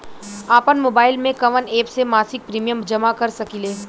आपनमोबाइल में कवन एप से मासिक प्रिमियम जमा कर सकिले?